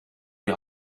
die